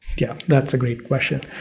yeah, that's a great question.